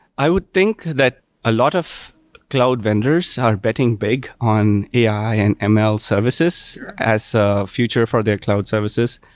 i would think that a lot of cloud vendors are betting big on ai and ah ml services as a future for their cloud services.